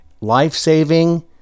life-saving